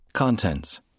Contents